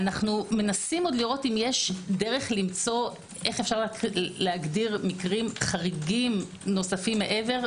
אנו מנסים לראות אם יש דרך למצוא להגדיר מקרים חריגים נוספים מעבר.